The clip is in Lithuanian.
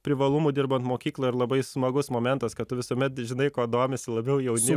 privalumų dirbant mokykloj ir labai smagus momentas kad tu visuomet žinai kuo domisi labiau jauni